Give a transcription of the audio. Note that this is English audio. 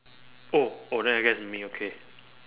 oh oh then I guess it's me okay